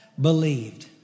believed